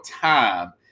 time